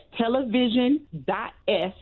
television.s